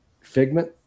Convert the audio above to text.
figment